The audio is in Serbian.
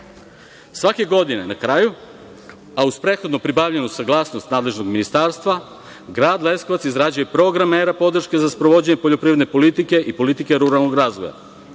godine, na kraju, a uz prethodno pribavljenu saglasnost nadležnog ministarstva, grad Leskovac izrađuje program mera podrške za sprovođenje poljoprivredne politike i politike ruralnog razvoja.